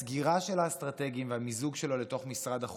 הסגירה של האסטרטגיים והמיזוג שלו אל תוך משרד החוץ,